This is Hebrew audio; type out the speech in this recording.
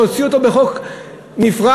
להוציא אותו בחוק נפרד,